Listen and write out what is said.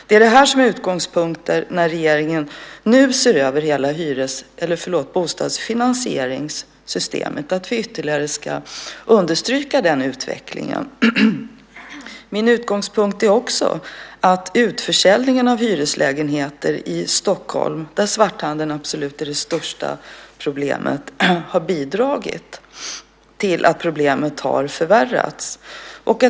Det är utgångspunkten när regeringen nu ser över hela bostadsfinansieringssystemet att vi ytterligare ska understryka den utvecklingen. Min utgångspunkt är också att utförsäljningen av hyreslägenheter i Stockholm, där svarthandeln absolut är det största problemet, har bidragit till att problemet har förvärrats.